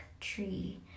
tree